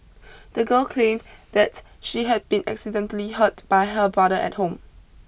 the girl claimed that she had been accidentally hurt by her brother at home